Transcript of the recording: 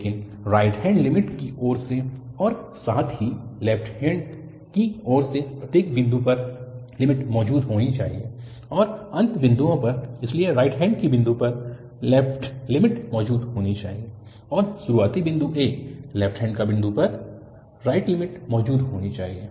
लेकिन right hand की ओर से और साथ ही लेफ्ट हैन्ड की ओर से प्रत्येक बिंदु पर लिमिट मौजूद होनी चाहिए और अंत बिंदुओं पर इसलिए राइट हैन्ड के बिंदु पर लेफ्ट लिमिट मौजूद होनी चाहिए और शुरुआती बिंदु a लेफ्ट हैन्ड का बिंदु पर राइट लिमिट मौजूद होनी चाहिए